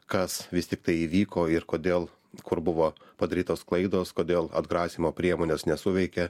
kas vis tiktai įvyko ir kodėl kur buvo padarytos klaidos kodėl atgrasymo priemonės nesuveikė